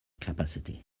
capacity